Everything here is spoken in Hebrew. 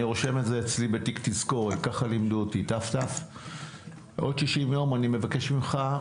אני רושם את זה אצלי בתיק תזכורת עוד 60 יום מבקש ממך,